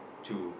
to